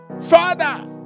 Father